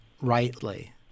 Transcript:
rightly